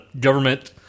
government